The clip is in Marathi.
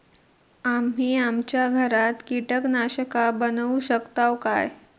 आम्ही आमच्या घरात कीटकनाशका बनवू शकताव काय?